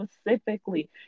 specifically